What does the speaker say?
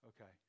Okay